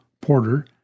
Porter